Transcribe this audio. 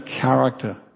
character